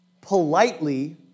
politely